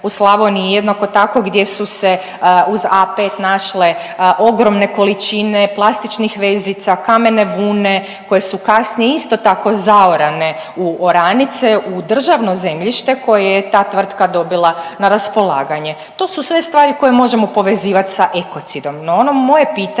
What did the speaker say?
u Slavoniji jednako tako gdje su se uz A5 našle ogromne količine plastičnih vezica, kamene vune koje su kasnije isto tako zaorane u oranice, u državno zemljište koje je ta tvrtka dobila na raspolaganje. To su sve stvari koje možemo povezivati sa ekocidom.